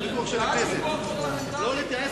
ההסתייגות